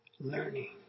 Learning